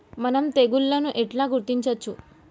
మనం తెగుళ్లను ఎట్లా గుర్తించచ్చు?